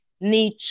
need